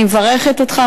אני מברכת אותך,